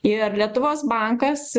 ir lietuvos bankas